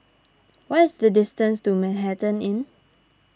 what is the distance to Manhattan Inn